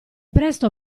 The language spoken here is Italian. presto